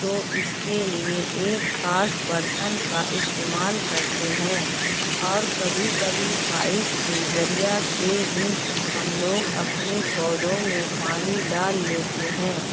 تو اس کے لیے ایک خاص برتن کا استعمال کرتے ہیں اور کبھی کبھی پائپ کے ذریعہ سے ہی ہم لوگ اپنے پودوں میں پانی ڈال لیتے ہیں